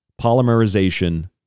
polymerization